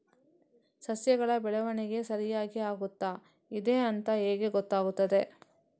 ಸಸ್ಯಗಳ ಬೆಳವಣಿಗೆ ಸರಿಯಾಗಿ ಆಗುತ್ತಾ ಇದೆ ಅಂತ ಹೇಗೆ ಗೊತ್ತಾಗುತ್ತದೆ?